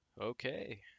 Okay